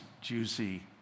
juicy